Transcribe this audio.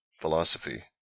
Philosophy